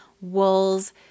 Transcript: wools